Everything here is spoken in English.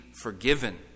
forgiven